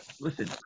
listen